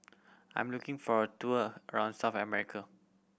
I am looking for a tour around South